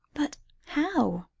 but how